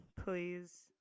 Please